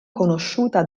conosciuta